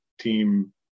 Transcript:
team